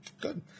Good